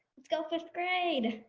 let's go fifth grade.